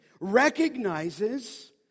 recognizes